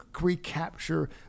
recapture